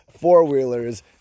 four-wheelers